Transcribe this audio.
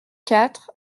quatre